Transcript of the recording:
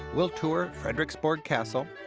we'll tour frederiksborg castle.